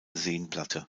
seenplatte